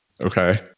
Okay